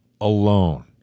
alone